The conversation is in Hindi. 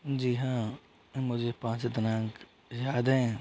जी हाँ मुझे पाँच दिनांक याद हैं